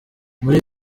muri